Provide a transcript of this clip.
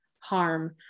harm